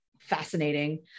fascinating